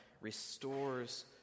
restores